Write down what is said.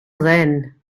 then